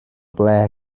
ble